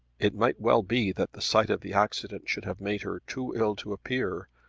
it might well be that the sight of the accident should have made her too ill to appear.